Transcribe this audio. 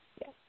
Yes